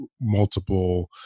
multiple